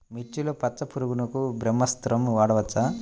మిర్చిలో పచ్చ పురుగునకు బ్రహ్మాస్త్రం వాడవచ్చా?